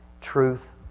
truth